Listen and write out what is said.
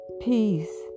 peace